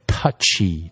Touchy